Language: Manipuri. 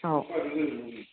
ꯑꯥꯎ